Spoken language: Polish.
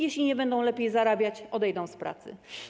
Jeśli nie będą lepiej zarabiać, odejdą z pracy.